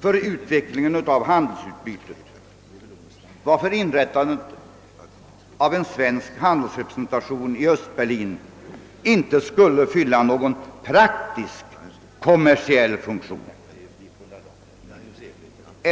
för utvecklingen av handelsutbytet, varför inrättandet av en svensk handelsrepresentation i Östberlin inte skulle fylla någon praktisk kommersiell funktion.